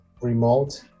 remote